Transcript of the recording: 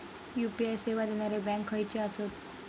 UPI सेवा देणारे bank खयचे आसत?